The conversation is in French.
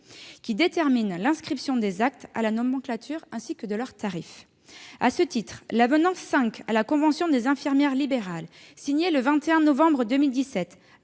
qui déterminent l'inscription des actes à la nomenclature et leur tarif. À ce titre, l'avenant 5 à la convention des infirmières libérales, signé le 21 novembre 2017,